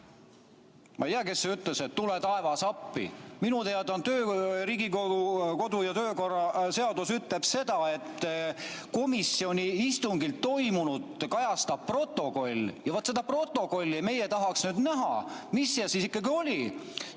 Ma ei tea, kes see ütles, et tule taevas appi. Minu teada Riigikogu kodu- ja töökorra seadus ütleb seda, et komisjoni istungil toimunut kajastab protokoll, ja vaat seda protokolli meie tahaksime nüüd näha, et mis seal ikkagi oli.